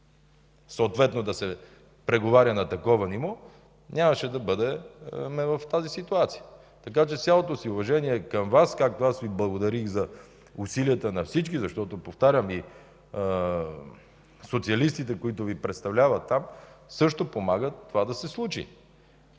съответно да се преговаря на такова ниво, нямаше да бъдем в тази ситуация. С цялото си уважение към Вас аз благодарих за усилията на всички, защото повтарям: и социалистите, които ни представляват там, също помагат това да се случи.